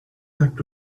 act